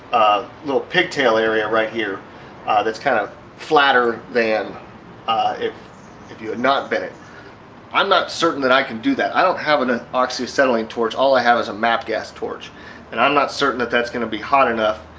little pigtail area right here that's kind of flatter than if if you had not bent it i'm not certain that i can do that i don't have an an oxy acetylene torch all i have is a mapp gas torch and i'm not certain that's going to be hot enough